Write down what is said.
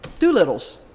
Doolittles